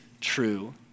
true